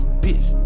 bitch